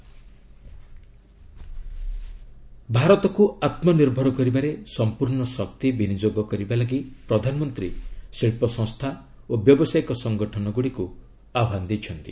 PM industries ଭାରତକ୍ ଆତ୍ମନିର୍ଭର କରିବାରେ ସମ୍ପର୍ଣ୍ଣ ଶକ୍ତି ବିନିଯୋଗ କରିବା ଲାଗି ପ୍ରଧାନମନ୍ତ୍ରୀ ଶିଳ୍ପ ସଂସ୍କା ଓ ବ୍ୟବସାୟିକ ସଙ୍ଗଠନଗୁଡ଼ିକୁ ଆହ୍ବାନ ଦେଇଛନ୍ତି